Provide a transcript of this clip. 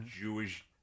Jewish